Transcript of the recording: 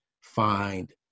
Find